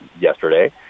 yesterday